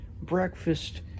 breakfast